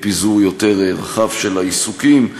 פיזור יותר רחב של העיסוקים.